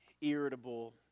irritable